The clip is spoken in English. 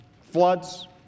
floods